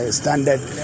standard